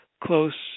close